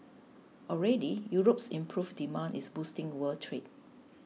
already Europe's improved demand is boosting world trade